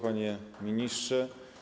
Panie Ministrze!